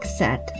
set